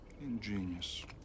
Ingenious